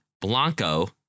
Blanco